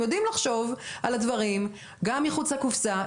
אתם יודעים לחשוב על הדברים גם מחוץ לקופסא,